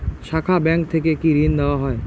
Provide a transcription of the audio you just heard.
শাখা ব্যাংক থেকে কি ঋণ দেওয়া হয়?